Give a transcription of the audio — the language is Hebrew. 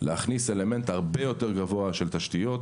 להכניס אלמנט הרבה יותר גבוה של תשתיות,